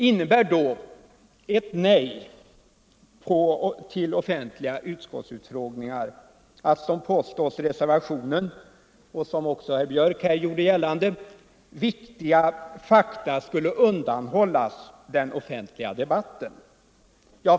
Innebär då ett nej till offentliga utskottsutfrågningar — såsom det påstås i reservationen och såsom också herr Björck här gjort gällande — att viktiga fakta skulle undanhållas den offentliga debatten?